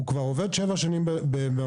הוא כבר עובד שבע שנים במלר"ד,